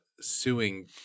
suing